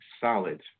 solid